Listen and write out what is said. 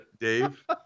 Dave